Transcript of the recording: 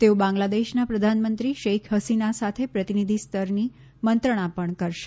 તેઓ બાંગ્લાદેશના પ્રધાનમંત્રી શેખ હસીના સાથે પ્રતિનિધિ સ્તરની મંત્રણા પણ કરશે